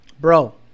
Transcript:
Bro